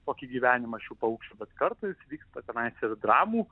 tokį gyvenimą šių paukščių bet kartais vyksta tenai ir dramų